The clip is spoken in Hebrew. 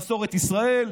הם לא ישבו עם מסורת ישראל.